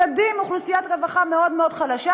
ילדים מאוכלוסיית רווחה מאוד מאוד חלשה,